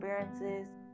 experiences